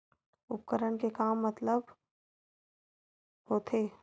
उपकरण के मतलब का होथे?